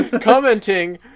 Commenting